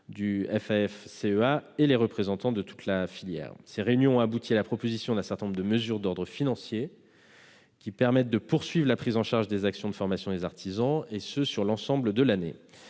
du Fafcea et les représentants de toute la filière. Ces réunions ont abouti à proposer un certain nombre de mesures d'ordre financier permettant de poursuivre la prise en charge des actions de formation des artisans, et ce sur l'ensemble de l'année.